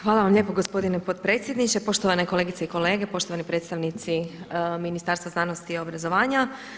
Hvala vam lijepo gospodine potpredsjedniče, poštovane kolegice i kolege, poštovani predstavnici Ministarstva znanosti i obrazovanja.